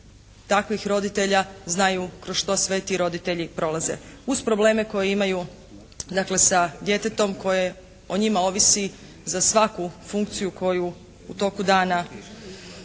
takvih roditelja znaju kroz što sve ti roditelji prolaze uz probleme koje imaju, dakle sa djetetom koje o njima ovisi za svaku funkciju koju u toku dana